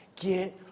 Get